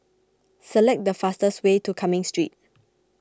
Select the fastest way to Cumming Street